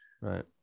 right